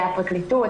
הפרקליטות,